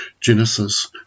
Genesis